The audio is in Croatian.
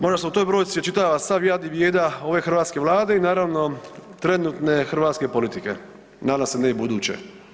Možda se u toj brojci očitava sav jad i bijeda ove hrvatske Vlade i naravno trenutne hrvatske politike, nadam se ne i buduće.